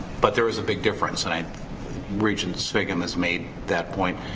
but there is a big difference and regent sviggum has made that point,